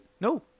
No